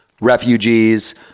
refugees